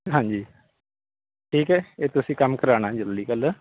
ਹਾਂਜੀ ਠੀਕ ਹੈ ਫਿਰ ਤੁਸੀਂ ਕੰਮ ਕਰਵਾਉਣਾ ਜ਼ਰੂਰੀ ਕੱਲ੍ਹ